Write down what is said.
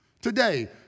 today